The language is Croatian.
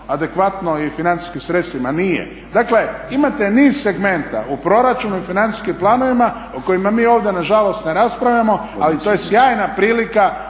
adekvatno i financijskim sredstvima? Nije. Dakle, imate niz segmenta u proračunu i financijskim planovima o kojima mi ovdje na žalost ne raspravljamo, ali to je sjajna prilika